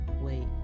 wait